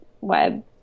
web